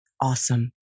Awesome